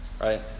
Right